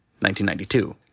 1992